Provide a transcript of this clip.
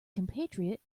compatriot